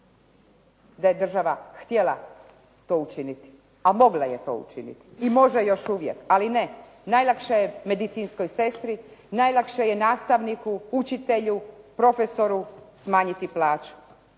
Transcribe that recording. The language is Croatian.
da je država htjela to učiniti, a mogla je to učiniti i može još uvijek. Ali ne, najlakše je medicinskoj sestri, najlakše je nastavniku, učitelju, profesoru smanjiti plaće